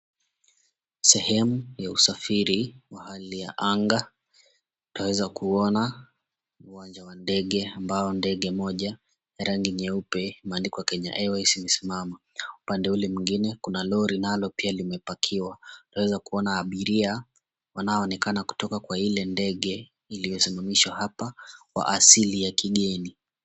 Sehemu ya usafiri wa hali ya anga tunaweza kuona uwanja wa ndege, ambao ndege moja ya rangi nyeupe imeandikwa Kenya Airways imesimama. Upande ule mwingine kuna lori nalo pia limepakiwa. Tunaweza kuona abiria wanaonekana kutoka kwa ile ndege iliyosimamishwa hapa kwa asili ya kigeni.